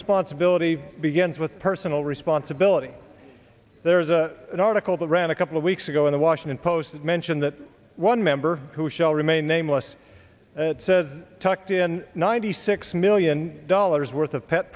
responsibility begins with personal responsibility there is an article that ran a couple of weeks ago in the washington post that mentioned that one member who shall remain nameless says tucked in ninety six million dollars worth of pet